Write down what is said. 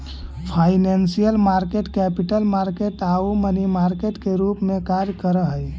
financial market capital market आउ money market के रूप में कार्य करऽ हइ